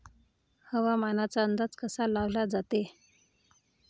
हवामानाचा अंदाज कसा लावला जाते?